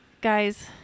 guys